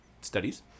studies